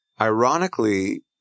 ironically